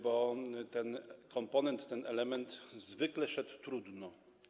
Bo ten komponent, ten element zwykle szedł trudno.